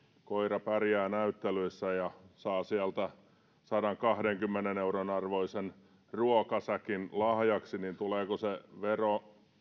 koira pärjää näyttelyssä ja saa sieltä sadankahdenkymmenen euron arvoisen ruokasäkin lahjaksi niin tuleeko se vero